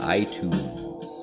iTunes